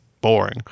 boring